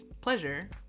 pleasure